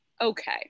okay